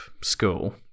school